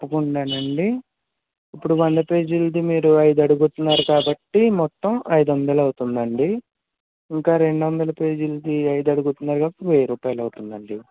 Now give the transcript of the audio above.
తప్పకుండాను అండి ఇప్పుడు వంద పేజీలది మీరు ఐదు అడుగుతున్నారు కాబట్టి మొత్తం ఐదు వందలు అవుతుంది అండి ఇంకా రెండు వందల పేజీలది ఐదు అడుగుతున్నారు కాబట్టి వెయ్యి రూపాయలు అవుతుంది అండి